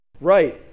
right